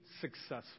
successful